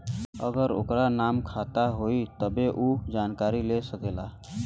अगर ओकर नाम खाता मे होई तब्बे ऊ जानकारी ले सकेला